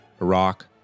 iraq